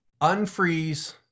unfreeze